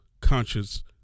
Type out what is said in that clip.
conscious